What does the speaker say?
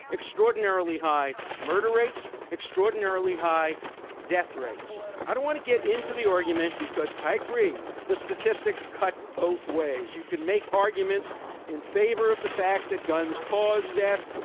extraordinarily high murder rates, extraordinarily high death rates. i don't want to get into the argument because i the statistics cut both ways. you can make arguments in favor of the fact that guns cause death,